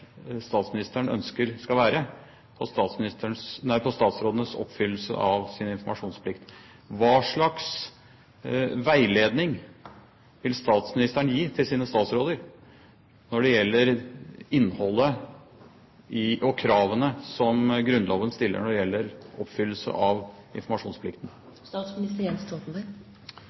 statsministeren ønsker det skal være på statsrådenes oppfyllelse av informasjonsplikten. Hva slags veiledning vil statsministeren gi til sine statsråder om innholdet og kravene som Grunnloven stiller når det gjelder oppfyllelse av